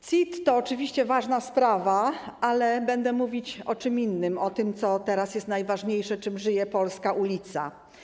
CIT to oczywiście ważna sprawa, ale będę mówić o czym innym - o tym, co teraz jest najważniejsze, czym żyje polska ulica.